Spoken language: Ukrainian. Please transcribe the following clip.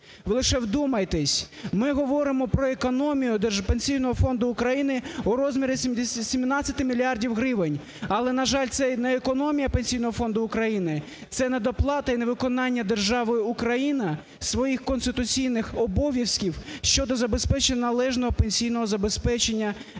Ви лише вдумайтесь, ми говоримо про економію держпенсійного фонду України у розмірі 17 мільярдів гривень, але, на жаль, це не економія Пенсійного фонду України, це недоплати і невиконання державою Україна своїх конституційних обов'язків щодо забезпечення належного пенсійного забезпечення відповідної